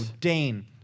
Dane